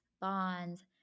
bonds